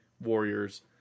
warriors